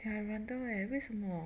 eh I wonder eh 为什么